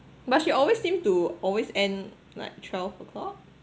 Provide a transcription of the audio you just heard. but she always seem to always end like twelve o'clock